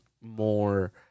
more